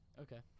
Okay